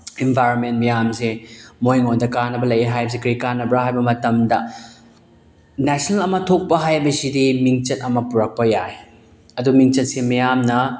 environment ꯃꯌꯥꯝꯁꯦ ꯃꯣꯏꯉꯣꯟꯗ ꯀꯥꯟꯅꯕ ꯂꯩ ꯍꯥꯏꯕꯁꯦ ꯀꯔꯤ ꯀꯥꯟꯅꯕ꯭ꯔꯥ ꯍꯥꯏꯕ ꯃꯇꯝꯗ ꯅꯦꯁꯅꯦꯜ ꯑꯃ ꯊꯣꯛꯄ ꯍꯥꯏꯕꯁꯤꯗꯤ ꯃꯤꯡꯆꯠ ꯑꯃ ꯄꯨꯔꯛꯄ ꯌꯥꯏ ꯑꯗꯨ ꯃꯤꯡꯆꯠꯁꯦ ꯃꯌꯥꯝꯅ